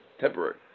temporary